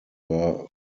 were